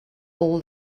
all